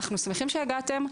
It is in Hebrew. אנחנו שמחים שהגעתם,